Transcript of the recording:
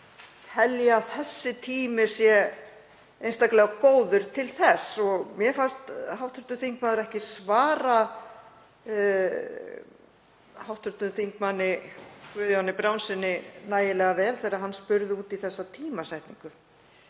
telja að þessi tími sé einstaklega góður til þess. Mér fannst hv. þingmaður ekki svara hv. þm. Guðjóni Brjánssyni nægilega vel þegar hann spurði út í þessa tímasetningu.